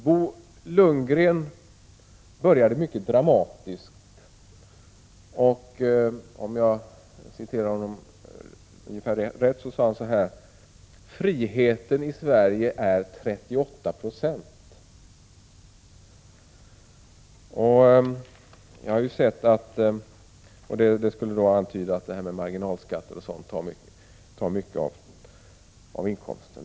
Bo Lundgren började mycket dramatiskt med att säga att friheten i Sverige är 38 20. Det skulle då ge uttryck för att bl.a. marginalskatten tar mycket av inkomsten.